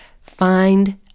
find